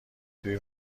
توی